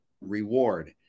reward